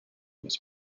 was